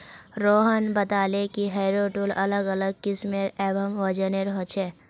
रोहन बताले कि harrow tool अलग अलग किस्म एवं वजनेर ह छे